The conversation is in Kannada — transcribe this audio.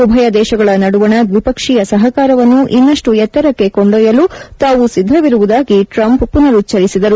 ಉಭಯ ದೇಶಗಳ ನಡುವಣ ದ್ವಿಪಕ್ಷೀಯ ಸಹಕಾರವನ್ನು ಇನ್ನಷ್ಟು ಎತ್ತರಕ್ಕೆ ಕೊಂಡೊಯ್ಯಲು ತಾವು ಸಿದ್ದವಿರುವುದಾಗಿ ಟ್ರಂಪ್ ಮನರುಚ್ವರಿಸಿದರು